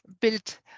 built